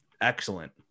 excellent